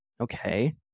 Okay